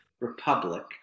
republic